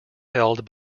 held